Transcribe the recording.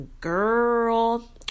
Girl